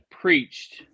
preached